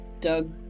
Doug